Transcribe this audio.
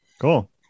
Cool